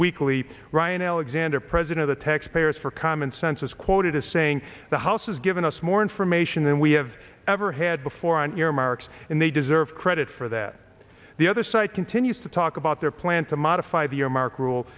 weekly ryan alexander president the taxpayers for common sense was quoted as saying the house has given us more information than we have ever had before on earmarks and they deserve credit for that the other side continues to talk about their plan to modify the year mark rule